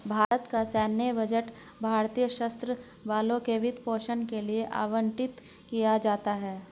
भारत का सैन्य बजट भारतीय सशस्त्र बलों के वित्त पोषण के लिए आवंटित किया जाता है